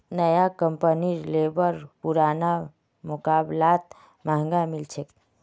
नया कंपनीर बेलर पुरना मुकाबलात महंगा मिल छेक